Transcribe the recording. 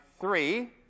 three